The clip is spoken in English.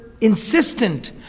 insistent